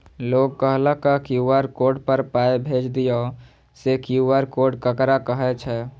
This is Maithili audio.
लोग कहलक क्यू.आर कोड पर पाय भेज दियौ से क्यू.आर कोड ककरा कहै छै?